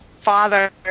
father